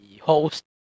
host